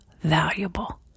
valuable